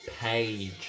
page